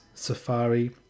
Safari